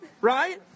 right